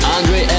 Andre